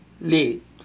late